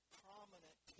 prominent